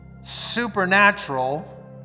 supernatural